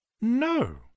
No